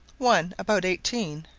one about eighteen,